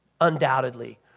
undoubtedly